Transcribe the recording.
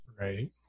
Right